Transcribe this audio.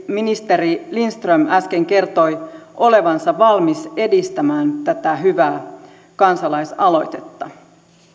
ministeri lindström äsken kertoi olevansa valmis edistämään tätä hyvää kansalaisaloitetta